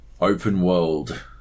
open-world